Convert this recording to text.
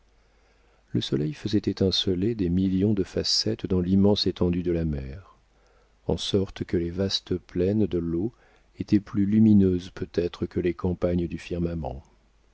le soleil faisait étinceler des millions de facettes dans l'immense étendue de la mer en sorte que les vastes plaines de l'eau étaient plus lumineuses peut-être que les campagnes du firmament